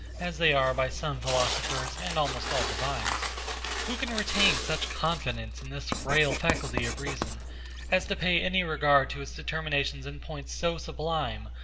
as they are by some philosophers and almost all divines who can retain such confidence in this frail faculty of reason as to pay any regard to its determinations in points so sublime,